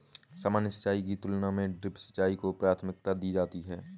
सामान्य सिंचाई की तुलना में ड्रिप सिंचाई को प्राथमिकता दी जाती है